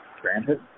granted